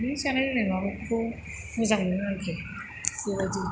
माने जानाय लोंनाय माबाखौथ' मोजां मोनो आरोखि बेबायदि